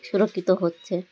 সুরক্ষিত হচ্ছে